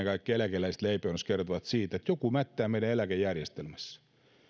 kaikkea eläkeläiset leipäjonossa kertovat siitä että joku mättää meidän eläkejärjestelmässä